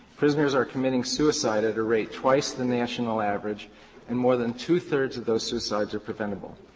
prisoners are committing suicide at a rate twice the national average and more than two-thirds those suicides are preventable.